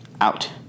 out